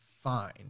fine